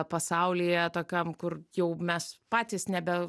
pasaulyje tokiam kur jau mes patys nebe